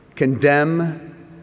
Condemn